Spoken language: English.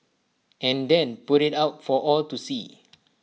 and then put IT out for all to see